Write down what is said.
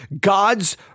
God's